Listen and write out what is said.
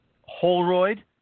Holroyd